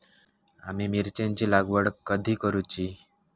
आम्ही मिरचेंची लागवड कधी करूची?